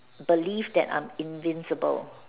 belief that I'm invincible